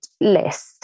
list